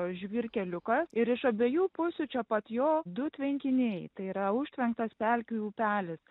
žvyrkeliukas ir iš abiejų pusių čia pat jo du tvenkiniai tai yra užtvenktas pelkių upelis